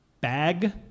bag